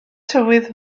tywydd